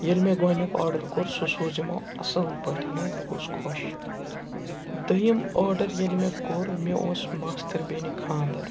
ییٚلہِ مےٚ گۄڈنیُک آرڈَر کوٚر سُہ سوٗز یِمَو اَصٕل پٲٹھٮ۪نَے بہٕ گوس خۄش دٔیِم آرڈَر ییٚلہِ مےٚ کوٚر مےٚ اوس ماستٕر بیٚنہِ خانٛدر